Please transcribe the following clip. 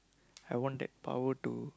I want that power to